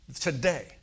today